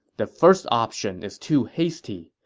the first option is too hasty,